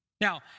Now